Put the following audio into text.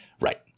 Right